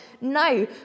No